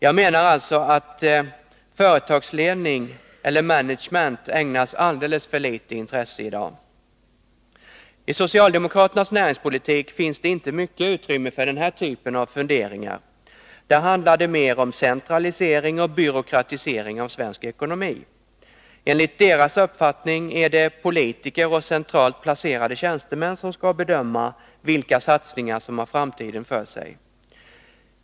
Jag menar alltså att företagsledning, eller management, ägnas alldeles för litet intresse i dag. I socialdemokraternas näringspolitik finns det inte mycket utrymme för den här typen av funderingar. Där handlar det mer om centralisering och byråkratisering av svensk ekonomi. Enligt deras uppfattning är det politiker och centralt placerade tjänstemän som skall bedöma vilka satsningar som har framtiden för sig.